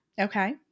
Okay